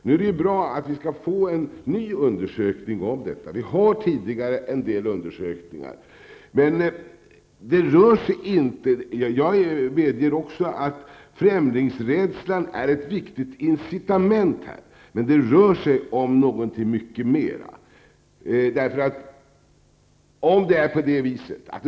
Nu är det bra att vi skall få en ny undersökning om detta. Det finns sedan tidigare en del undersökningar. Jag medger att främlingsrädslan är ett viktigt incitament, men det rör sig om någonting mycket mer.